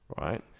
right